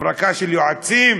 הברקה של יועצים,